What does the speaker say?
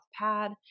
pad